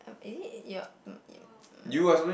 um is it your um your um